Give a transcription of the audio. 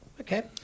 Okay